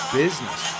business